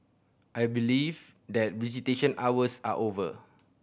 I believe that visitation hours are over